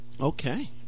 Okay